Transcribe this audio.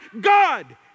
God